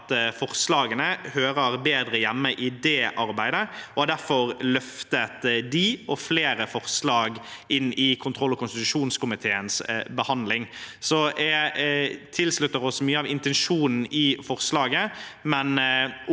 forslagene hører bedre hjemme i det arbeidet og har derfor løftet dem og flere forslag inn i kontroll- og konstitusjonskomiteens behandling. Så vi tilslutter oss mye av intensjonen i forslaget,